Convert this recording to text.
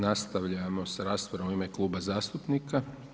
Nastavljamo sa raspravom u ime Kluba zastupnika.